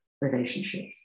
relationships